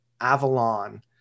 Avalon